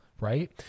right